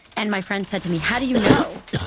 and my friend said to me, how do you know?